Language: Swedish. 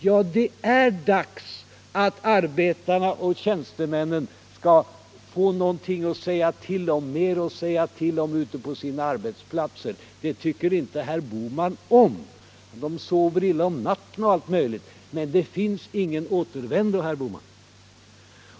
Ja, det är dags att arbetarna och tjänstemännen skall få mer att säga till om på sina arbetsplatser. Det tycker inte herr Bohman om. Metallarbetaren sover illa om nätterna och allt möjligt. Men det finns ingen återvändo, herr Bohman.